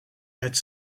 het